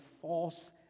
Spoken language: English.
false